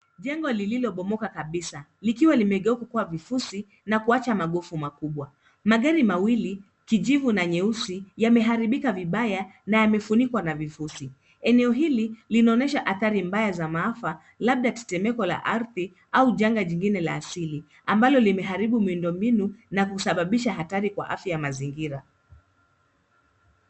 Jengo lililobomoka kabisa, likiwa limegeuka kuwa vifusi na kuacha magofu makubwa. Magari mawili kijivu na nyeusi, yameharibika vibaya na yamefunikwa na vifusi. Eneo hili linaonyesha adhari mbaya za maafa, labda tetemeko la ardhi au janga jingine la asili, ambalo limeharibu miundo mbinu na kusababisha hatari kwa afya ya mazingira.